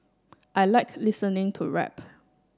I like listening to rap